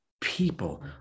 people